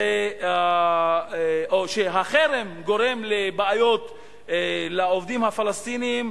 או שהחרם גורם לבעיות לעובדים הפלסטינים,